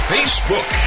Facebook